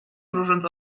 mrużąc